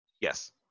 Yes